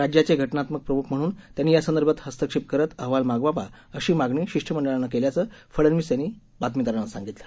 राज्याचे घटनात्मक प्रमुख म्हणून त्यांनी यासंदर्भात हस्तक्षेप करत अहवाल मागवावा अशी मागणी शिष्टमंडळानं केल्याचं फडनविस यांनी नंतर बातमीदारांना सांगितलं